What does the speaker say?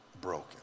Broken